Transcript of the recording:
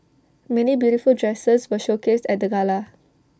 many beautiful dresses were showcased at the gala